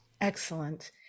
Excellent